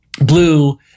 Blue